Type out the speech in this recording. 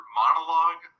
monologue